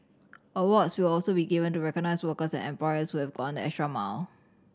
awards will also be given to recognise workers and employers who have gone the extra mile